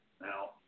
Now